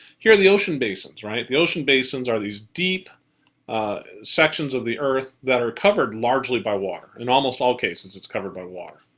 here are the ocean basins, right? the ocean basins are these deep sections of the earth that are covered largely by water. in almost all cases, it's covered by water.